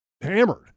hammered